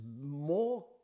more